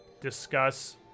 discuss